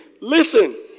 listen